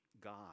God